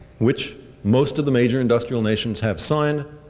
which most of the major industrial nations have signed,